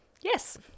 Yes